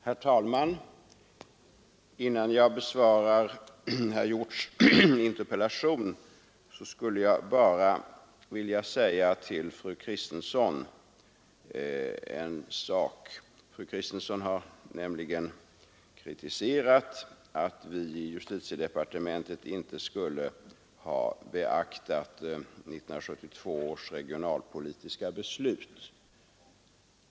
Herr talman! Innan jag besvarar herr Hjorths interpellation skulle jag bara vilja säga en sak till fru Kristensson, som här har kritiserat att vi i justitiedepartementet inte skulle ha beaktat 1972 års regionalpolitiska beslut.